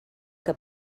que